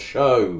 Show